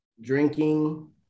drinking